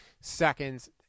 seconds